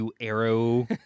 Arrow